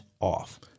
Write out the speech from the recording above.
off